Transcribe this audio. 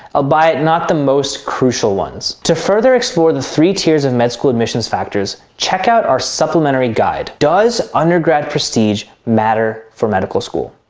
ah by it not the most crucial ones. to further explore the three tiers of med school admissions factors, check out our supplementary guide. does undergrad prestige matter for medical school?